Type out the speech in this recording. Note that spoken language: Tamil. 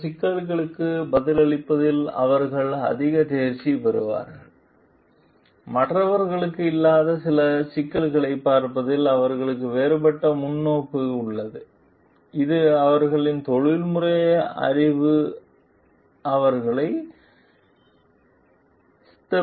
சில சிக்கல்களுக்கு பதிலளிப்பதில் அவர்கள் அதிக தேர்ச்சி பெற்றவர்கள் மற்றவர்களுக்கு இல்லாத சில சிக்கல்களைப் பார்ப்பதில் அவர்களுக்கு வேறுபட்ட முன்னோக்கு உள்ளது இது அவர்களின் தொழில்முறை அறிவு அவர்களை சித்தப்படுத்துகிறது